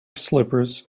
slippers